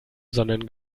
sondern